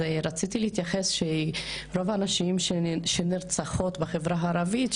אני רציתי להתייחס לכך שרוב הנשים שנרצחות בחברה הערבית,